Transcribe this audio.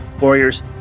Warriors